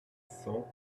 cent